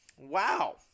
Wow